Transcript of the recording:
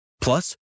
Plus